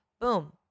Boom